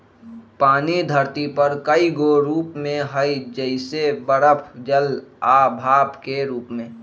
पानी धरती पर कए गो रूप में हई जइसे बरफ जल आ भाप के रूप में